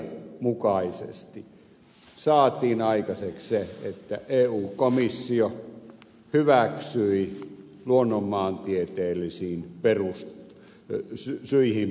idean mukaisesti saatiin aikaiseksi se että eu komissio hyväksyi luonnonmaantieteellisiin syihin perustuvan vyöhykkeisyysjärjestelmän suomeen